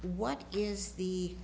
what is the